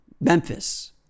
Memphis